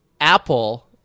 Apple